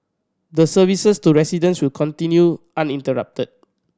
the services to residents will continue uninterrupted